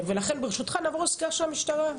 ברשותך, נעבור לסקירה של המשטרה.